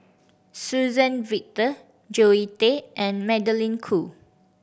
Suzann Victor Zoe Tay and Magdalene Khoo